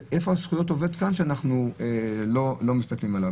אם כן, היכן זכויות העובד שאנחנו לא מסתכלים עליו?